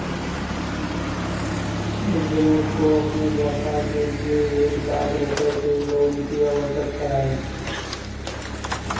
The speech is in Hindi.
विनोद को अपने व्यापार के लिए एक लाख रूपए के लोन की आवश्यकता है